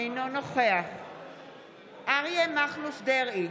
אינו נוכח אריה מכלוף דרעי,